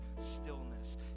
stillness